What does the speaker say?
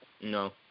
No